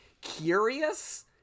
curious